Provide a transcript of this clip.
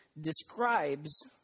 describes